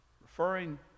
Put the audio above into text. Referring